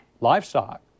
livestock